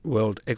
World